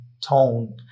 tone